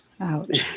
ouch